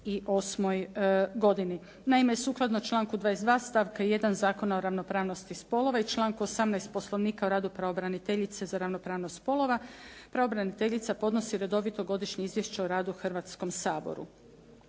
u 2008. godini. Naime sukladno članku 22. stavka 1. Zakona o ravnopravnosti spolova i članku 18. Poslovnika o radu pravobraniteljice za ravnopravnost spolova, pravobraniteljica podnosi redovito godišnje izvješće o radu Hrvatskom saboru.